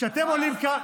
כשאתם עולים לכאן,